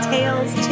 Tales